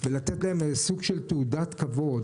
לתת להם סוג של תעודת כבוד.